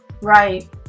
Right